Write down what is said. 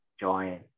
join